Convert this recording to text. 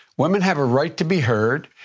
women have a right to be heard,